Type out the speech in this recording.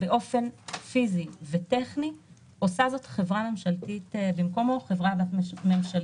באופן פיזי וטכני עושה זאת במקומו חברה-בת ממשלתית.